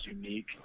unique